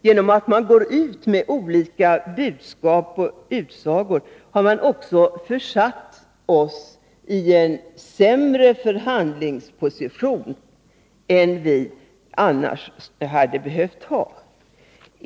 Genom att gå ut med olika budskap och utsagor har man också försatt oss i en sämre förhandlingsposition än vi annars hade behövt ha.